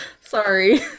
Sorry